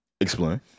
Explain